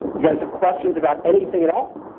you guys have questions about anything at all?